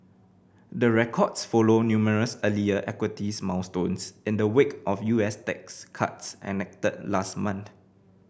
the records follow numerous earlier equities milestones in the wake of U S tax cuts enacted last month